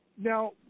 Now